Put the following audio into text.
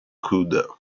coude